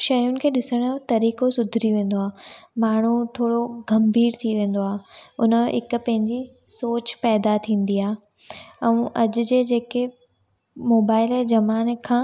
शयुनि खे ॾिसण जो तरीक़ो सुधरी वेंदो आहे माण्हू थोरो गंभीर थी वेंदो आहे उनमें हिकु पंहिंजी सोच पैदा थींदी आहे ऐं अॼु जे जेके मोबाइल जे ज़माने खां